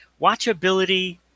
Watchability